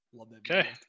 Okay